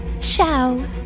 Ciao